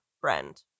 friend